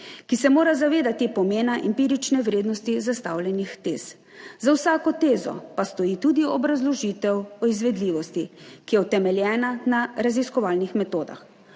ki se mora zavedati pomena empirične vrednosti zastavljenih tez, za vsako tezo pa stoji tudi obrazložitev o izvedljivosti, ki je utemeljena na raziskovalnih metodah.